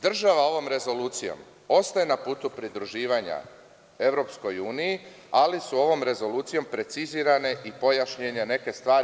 Država ovom rezolucijom ostaje na putu pridruživanja EU, ali su ovom rezolucijom precizirane i pojašnjene neke stvari.